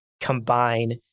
combine